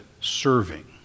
serving